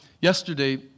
yesterday